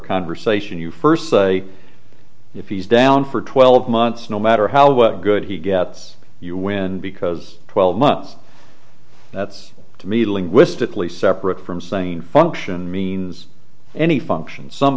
conversation you first say if he's down for twelve months no matter how good he gets you win because twelve months that's to me linguistically separate from saying function means any function some